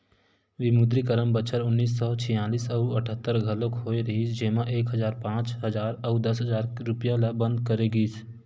विमुद्रीकरन बछर उन्नीस सौ छियालिस अउ अठत्तर घलोक होय रिहिस जेमा एक हजार, पांच हजार अउ दस हजार रूपिया ल बंद करे गिस